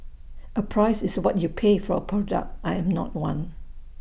A price is what you pay for A product I am not one